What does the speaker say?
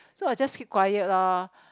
so I just keep quiet loh